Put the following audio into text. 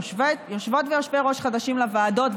יושבות-ראש ויושבי-ראש חדשים לוועדות,